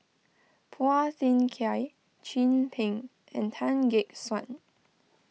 Phua Thin Kiay Chin Peng and Tan Gek Suan